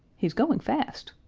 he's going fast.